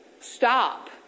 Stop